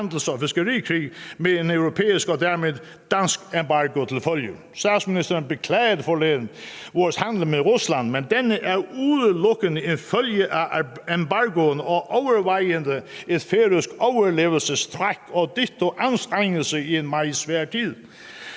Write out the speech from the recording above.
handels- og fiskerikrig med en europæisk og dermed dansk embargo til følge. Statsministeren beklagede forleden vores handel med Rusland, men denne er udelukkende en følge af embargoen og overvejende et færøsk overlevelsestræk og ditto anstrengelse i en meget svær tid.